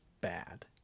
bad